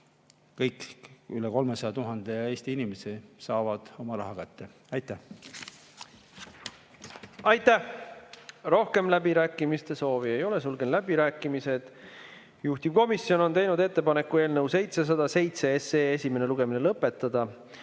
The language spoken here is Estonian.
kui 300 000 Eesti inimest saavad oma raha kätte. Aitäh! Rohkem läbirääkimiste soovi ei ole, sulgen läbirääkimised. Juhtivkomisjon on teinud ettepaneku eelnõu 707 esimene lugemine lõpetada.